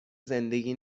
زندگی